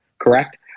correct